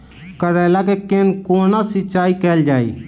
करैला केँ कोना सिचाई कैल जाइ?